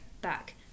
back